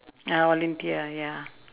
ah volunteer ah ya